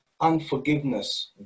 Unforgiveness